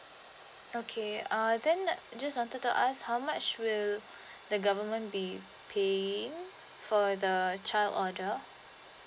okay err then just wanted to ask how much will the government be paying for the child order